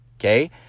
Okay